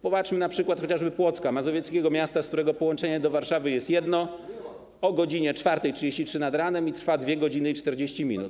Popatrzmy na przykład chociażby Płocka, mazowieckiego miasta, z którego połączenie do Warszawy jest jedno, o godz. 4.33 nad ranem i trwa 2 godz. 40 min.